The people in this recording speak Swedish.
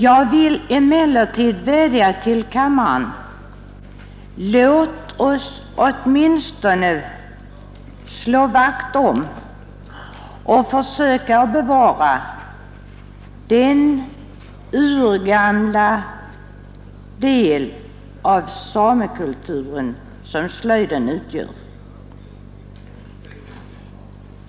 Jag vill emellertid vädja till kammaren: Låt oss åtminstone slå vakt om och försöka bevara den urgamla del av samekulturen som slöjden utgör!